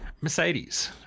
Mercedes